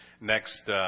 next